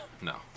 No